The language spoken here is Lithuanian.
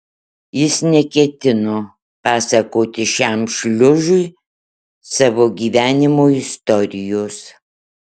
jis neketino pasakoti šiam šliužui savo gyvenimo istorijos